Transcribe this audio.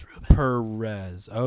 Perez